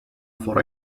for